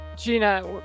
Gina